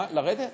מה, לרדת?